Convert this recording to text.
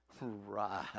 Right